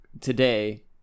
today